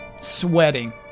sweating